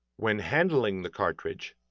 when handling the cartridge,